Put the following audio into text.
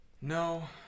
no